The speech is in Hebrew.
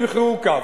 וכולכם תמחאו כף.